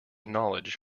knowledge